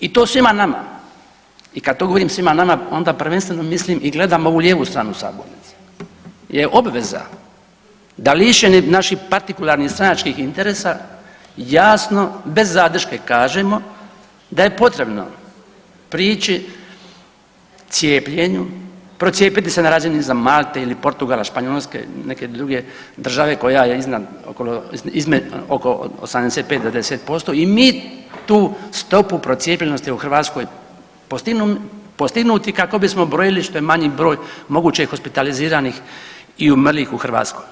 I to svima nama i kada to govorim svima nama onda prvenstveno mislim i gledam ovu lijevu stranu sabornice je obveza da lišeni naši partikularnih stranačkih interesa jasno bez zadrške kažemo da je potrebno prići cijepljenju, procijepiti se na razini Malte ili Portugala, Španjolske, neke druge države koja je iznad, oko 85 do 90% i mi tu stopu procijepljenosti u Hrvatskoj pognuti kako bismo brojali što je manji broj mogućih hospitaliziranih i umrlih u Hrvatskoj.